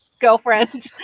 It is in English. girlfriend